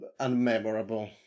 unmemorable